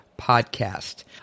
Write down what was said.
Podcast